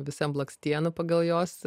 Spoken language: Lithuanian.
visi ant blakstienų pagal jos